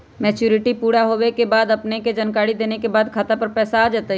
Maturity पुरा होवे के बाद अपने के जानकारी देने के बाद खाता पर पैसा आ जतई?